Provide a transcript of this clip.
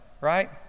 right